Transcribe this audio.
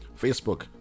Facebook